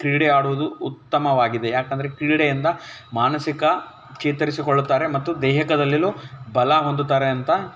ಕ್ರೀಡೆ ಆಡುವುದು ಉತ್ತಮವಾಗಿದೆ ಯಾಕಂದರೆ ಕ್ರೀಡೆಯಿಂದ ಮಾನಸಿಕ ಚೇತರಿಸಿಕೊಳ್ಳುತ್ತಾರೆ ಮತ್ತು ದೇಹದಲ್ಲಿಯೂ ಬಲ ಹೊಂದುತ್ತಾರೆ ಅಂತ